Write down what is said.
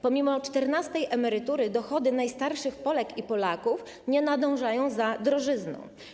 Pomimo czternastej emerytury dochody najstarszych Polek i Polaków nie nadążają za drożyzną.